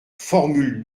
formule